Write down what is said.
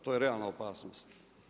To je realna opasnost.